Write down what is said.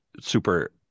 super